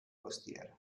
costiere